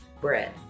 bread